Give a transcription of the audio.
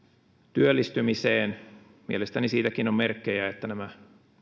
työllistymiseen mielestäni siitäkin on merkkejä että nämä